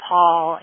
Paul